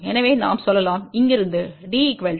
எனவே நாம் சொல்லலாம் இங்கிருந்து D 1